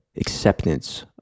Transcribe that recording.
acceptance